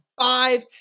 five